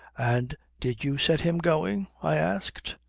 and did you set him going? i asked.